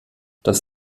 das